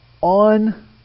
on